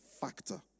factor